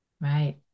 Right